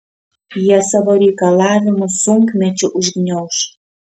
jie savo reikalavimus sunkmečiu užgniauš